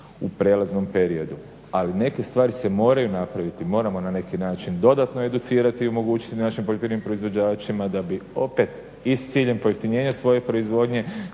u prijelaznom periodu. Ali neke stvari se moraju napraviti, moramo na neki način dodatno educirati i omogućiti našim poljoprivrednim proizvođačima da bi opet i s ciljem pojeftinjenja svoje proizvodnje